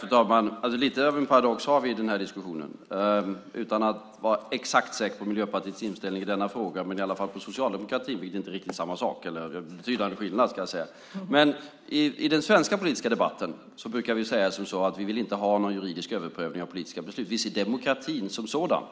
Fru talman! Vi har något av en paradox i den här diskussionen. Jag är inte helt säker på Miljöpartiets inställning i den här frågan, däremot på socialdemokratins vilket inte är samma sak. I den svenska politiska debatten brukar vi säga att vi inte vill ha någon juridisk överprövning av politiska beslut. Vi ser demokratin som sådan